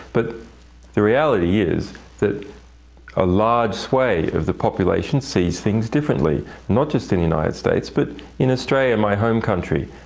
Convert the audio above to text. but the reality is that a large swathe of the population sees things differently, not just in the united states, but in australia, and my home country,